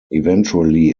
eventually